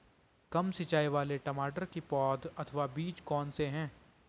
कम सिंचाई वाले टमाटर की पौध अथवा बीज कौन से हैं?